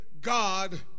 God